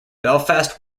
belfast